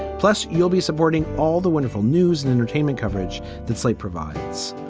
plus, you'll be supporting all the wonderful news and entertainment coverage that slate provides.